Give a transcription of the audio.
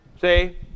see